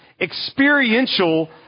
experiential